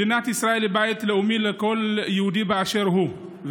מדינת ישראל היא בית לאומי לכל יהודי באשר הוא,